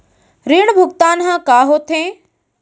ऋण भुगतान ह का होथे?